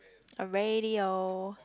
a radio